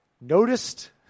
noticed